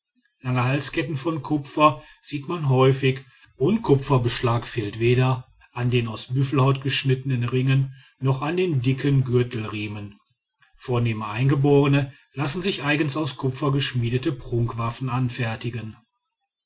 lange halsketten von kupfer sieht man häufig und kupferbeschlag fehlt weder an den aus büffelhaut geschnittenen ringen noch an den dicken gürtelriemen vornehme eingeborene lassen sich eigens aus kupfer geschmiedete prunkwaffen anfertigen